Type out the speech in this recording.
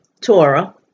Torah